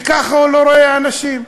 וככה הוא לא רואה אנשים.